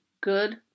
good